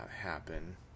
happen